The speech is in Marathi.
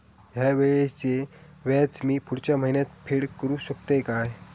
हया वेळीचे व्याज मी पुढच्या महिन्यात फेड करू शकतय काय?